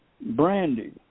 Brandy